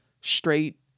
straight